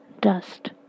dust